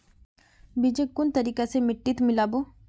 बीजक कुन तरिका स मिट्टीत मिला बो